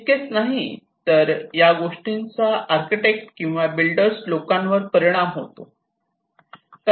इतकेच नाही तर या गोष्टींचा आर्किटेक्ट किंवा बिल्डर्स लोकांवर परिणाम होतो